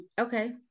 Okay